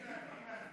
היהודי.